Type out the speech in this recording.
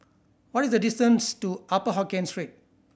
what is the distance to Upper Hokkien Street